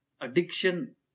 Addiction